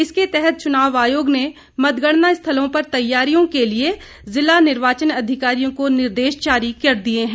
इसके तहत चुनाव आयोग ने मतगणना स्थलों पर तैयारियों के लिए जिला निर्वाचन अधिकारियों को निर्देश जारी कर दिये है